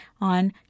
on